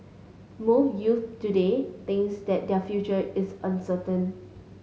most youths today think that their future is uncertain